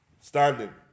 standing